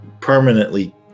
permanently